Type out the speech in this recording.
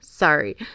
Sorry